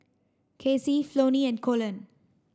Kacey Flonnie and Colon